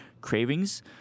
cravings